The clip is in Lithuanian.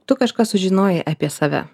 tu kažką sužinojai apie save